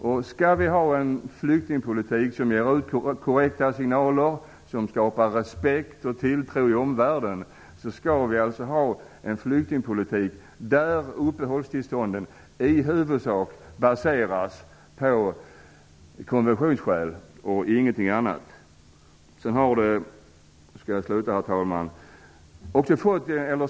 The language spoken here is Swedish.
Om vi skall föra en flyktingpolitik som ger korrekta signaler, som skapar respekt och tilltro i omvärlden, måste vi se till att uppehållstillstånden i huvudsak baseras på konventionsskäl och ingenting annat.